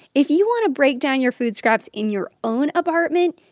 if you want to break down your food scraps in your own apartment,